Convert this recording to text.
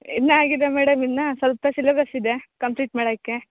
ಇನ್ನ ಆಗಿದೆ ಮೇಡಮ್ ಇನ್ನ ಸ್ವಲ್ಪ ಸಿಲೇಬಸ್ ಇದೆ ಕಂಪ್ಲೀಟ್ ಮಾಡೋಕೆ